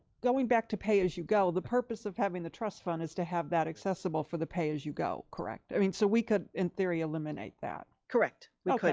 going back to pay-as-you-go, the purpose of having the trust fund is to have that accessible for the pay-as-you-go, correct? i mean, so we could in theory eliminate that. correct. we could.